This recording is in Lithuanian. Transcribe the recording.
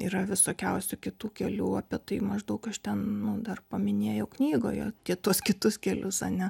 yra visokiausių kitų kelių apie tai maždaug aš ten nu dar paminėjau knygoje tie tuos kitus kelius ane